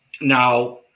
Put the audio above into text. now